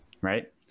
right